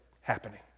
happening